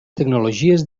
tecnologies